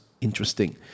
interesting